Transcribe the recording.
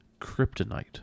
Kryptonite